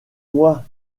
moi